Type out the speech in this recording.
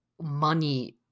money